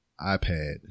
iPad